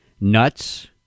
Nuts